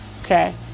okay